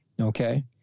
okay